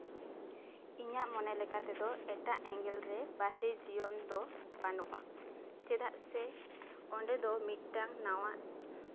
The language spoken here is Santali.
ᱤᱧᱟᱹᱜ ᱢᱚᱱᱮ ᱞᱮᱠᱟ ᱛᱮᱫᱚ ᱮᱴᱟᱜ ᱮᱸᱜᱮᱞ ᱨᱮ ᱵᱟᱦᱨᱮ ᱡᱤᱭᱚᱱ ᱫᱚ ᱵᱟᱹᱱᱩᱜᱼᱟ ᱪᱮᱫᱟᱜ ᱥᱮ ᱚᱸᱰᱮ ᱫᱚ ᱢᱤᱫᱴᱟᱝ ᱱᱟᱣᱟ